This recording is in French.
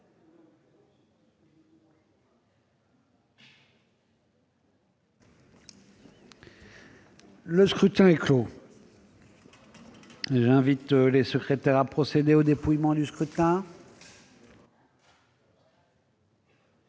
Le scrutin est clos. J'invite Mmes et MM. les secrétaires à procéder au dépouillement du scrutin.